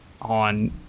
On